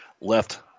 left